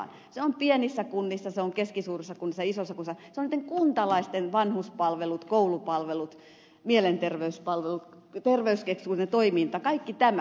niitä ovat pienissä kunnissa keskisuurissa kunnissa isoissa kunnissa niitten kuntalaisten vanhuspalvelut koulupalvelut mielenterveyspalvelut terveyskeskuksen toiminta kaikki tämä